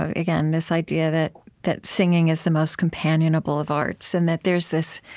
again, this idea that that singing is the most companionable of arts, and that there's this